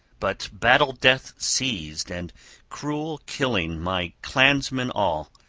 but battle-death seized and cruel killing my clansmen all,